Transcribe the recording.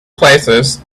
places